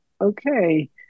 okay